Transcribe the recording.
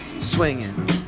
Swinging